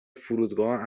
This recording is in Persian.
فرودگاهها